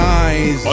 eyes